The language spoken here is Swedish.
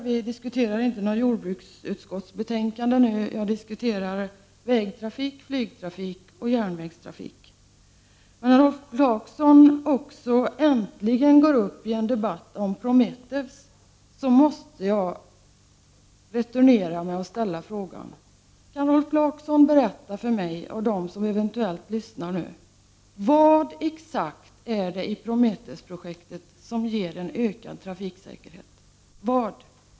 Vi diskuterar inte något betänkande från jordbruksutskottet utan vägtrafik, flygtrafik och järnvägstrafik. Men när Rolf Clarkson äntligen går upp i en debatt om Prometheus-projektet måste jag ställa frågan: Kan Rolf Clarkson berätta för mig och för dem som eventuellt lyssnar nu vad det egentligen är som ger ökad trafiksäkerhet i Prometheus-projektet?